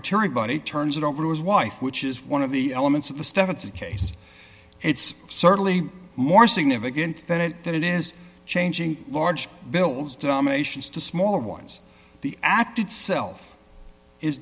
it turns it over to his wife which is one of the elements of the staff it's a case it's certainly more significant than it that it is changing large bills denominations to smaller ones the act itself is